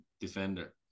defender